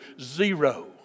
zero